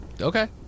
Okay